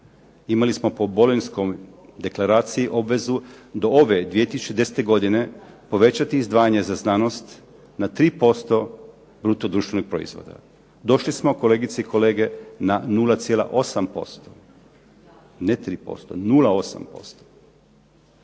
Imali smo po Bolonjskoj deklaraciji obvezu do ove 2010. godine povećati izdvajanje za znanost na 3% bruto društvenog proizvoda. Došli smo kolegice i kolege na 0,8%, ne 3%, 0,8%,